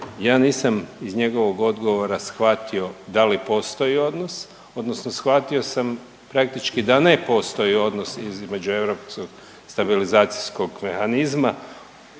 ja nisam iz njegovog odgovora shvatio da li postoji odnos odnosno shvatio sam praktički da ne postoji odnos između Europskog stabilizacijskog mehanizma